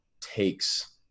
takes